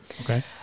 Okay